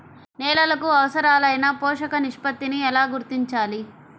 నేలలకు అవసరాలైన పోషక నిష్పత్తిని ఎలా గుర్తించాలి?